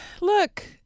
look